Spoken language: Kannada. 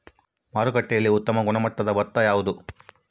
ಮಾರುಕಟ್ಟೆಯಲ್ಲಿ ಉತ್ತಮ ಗುಣಮಟ್ಟದ ಭತ್ತ ಯಾವುದು?